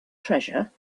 treasure